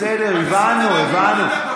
זה בסדר, הבנו, הבנו.